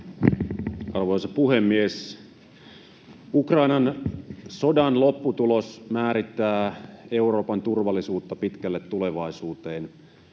Arvoisa puhemies! Ukrainan sodan lopputulos määrittää Euroopan turvallisuutta pitkälle tulevaisuuteen.